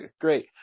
Great